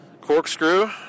corkscrew